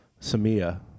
Samia